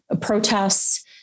protests